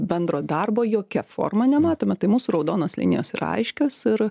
bendro darbo jokia forma nematome tai mūsų raudonos linijos yra aiškios ir